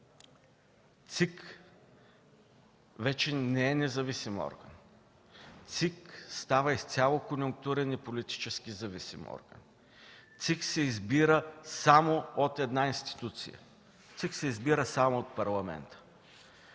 вече не е независим орган. ЦИК става изцяло конюнктурен и политически зависим орган. ЦИК се избира само от една институция – само от Парламента.